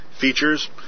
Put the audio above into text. Features